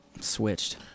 Switched